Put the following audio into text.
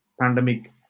pandemic